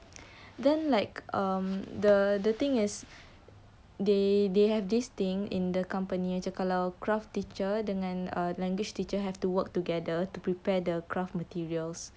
then like um the the thing is they they have this thing in the company macam kalau craft teacher dengan language teacher have to work together to prepare the craft materials